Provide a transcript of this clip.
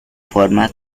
forma